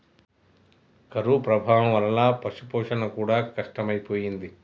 కరువు ప్రభావం వలన పశుపోషణ కూడా కష్టమైపోయింది